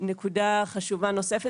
נקודה חשובה נוספת,